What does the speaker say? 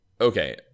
Okay